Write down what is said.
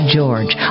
George